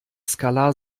skalar